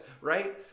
right